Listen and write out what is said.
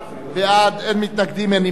בעד, 28, אין מתנגדים ואין נמנעים.